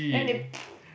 then they